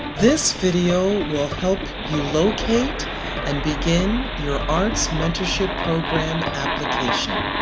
this video will help you locate and begin your arts mentorship program application.